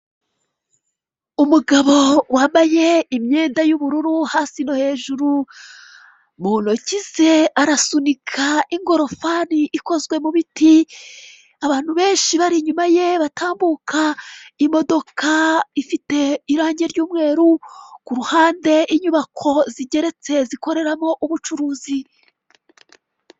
Umugabo wambaye imyenda y'ubururu hasi no hejuru mu ntoki ze arasunika ingorofani ikozwe mu biti, abantu benshi bari inyuma ye batambuka, imodoka ifite irange ry'umweru, ku ruhande inyubako zigeretse zikoreramo ubucuruzi.